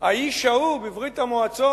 האיש ההוא בברית-המועצות,